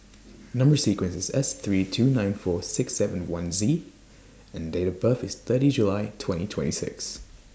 Number sequence IS S three two nine four six seven one Z and Date of birth IS thirty July twenty twenty six